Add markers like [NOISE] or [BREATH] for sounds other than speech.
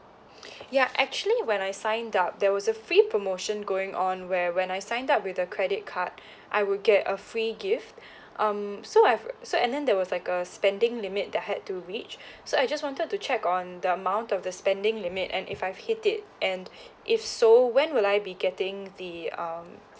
[BREATH] ya actually when I sign up there was a free promotion going on where when I sign up with the credit card [BREATH] I will get a free gift [BREATH] um so I've [NOISE] so and then there was like a spending limit that had to reach [BREATH] so I just wanted to check on the amount of the spending limit and if I've hit it and [BREATH] if so when would I be getting the um